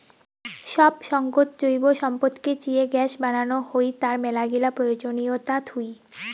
সব সঙ্গত জৈব সম্পদকে চিয়ে গ্যাস বানানো হই, তার মেলাগিলা প্রয়োজনীয়তা থুই